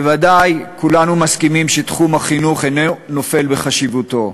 בוודאי כולנו מסכימים שתחום החינוך אינו נופל בחשיבותו,